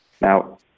now